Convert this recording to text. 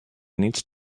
needs